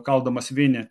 kaldamas vinį